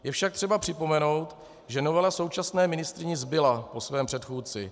Je však třeba připomenout, že novela současné ministryni zbyla po jejím předchůdci.